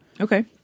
Okay